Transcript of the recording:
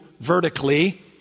vertically